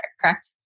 correct